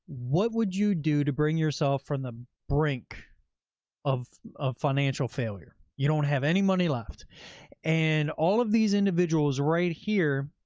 what would you do to bring yourself from the brink of of financial failure? you don't have any money left and all of these individuals right here,